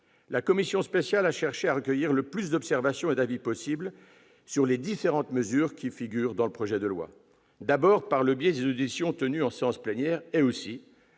La commission spéciale a cherché à recueillir le plus d'observations et d'avis possibles sur les différentes mesures qui figurent dans le projet de loi, d'abord par le biais des auditions tenues en réunion plénière, mais aussi